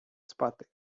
спати